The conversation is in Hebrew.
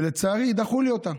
ולצערי דחו לי אותה.